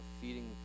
feeding